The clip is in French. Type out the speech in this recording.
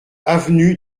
avenue